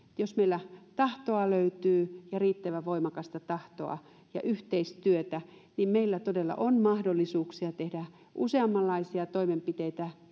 jos meillä löytyy riittävän voimakasta tahtoa ja yhteistyötä niin meillä todella on mahdollisuuksia tehdä useammanlaisia toimenpiteitä